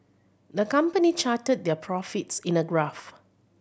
the company charted their profits in a graph